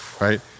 Right